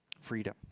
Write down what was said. freedom